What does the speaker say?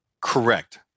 Correct